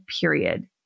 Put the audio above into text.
period